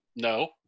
No